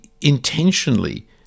intentionally